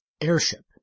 airship